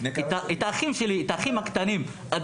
האחים הקטנים שלי,